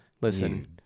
Listen